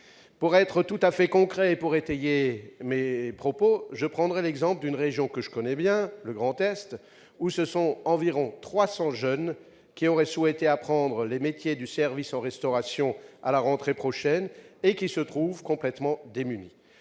opposer une fin de non-recevoir. Pour étayer mon propos, je prendrai l'exemple concret d'une région que je connais bien, le Grand Est, où quelque 300 jeunes qui auraient souhaité apprendre les métiers du service en restauration à la rentrée prochaine se trouvent complètement démunis.